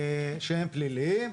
שהם פליליים.